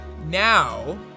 Now